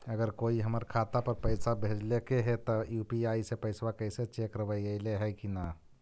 अगर कोइ हमर खाता पर पैसा भेजलके हे त यु.पी.आई से पैसबा कैसे चेक करबइ ऐले हे कि न?